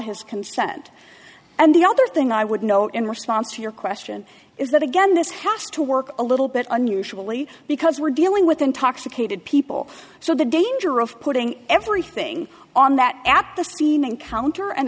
his consent and the other thing i would know in response to your question is that again this has to work a little bit unusually because we're dealing with intoxicated people so the danger of putting everything on that at the scene encounter and